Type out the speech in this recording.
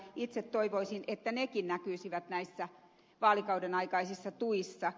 itse toivoisin että nekin näkyisivät näissä vaalikauden aikaisissa tuissa